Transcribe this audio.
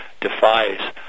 defies